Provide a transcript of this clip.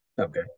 Okay